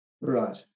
Right